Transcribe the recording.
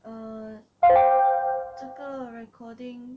err 这个 recording